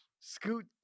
scoot